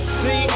see